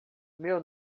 meu